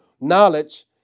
knowledge